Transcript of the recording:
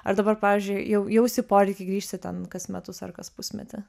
ar dabar pavyzdžiui jau jausi poreikį grįžti ten kas metus ar kas pusmetį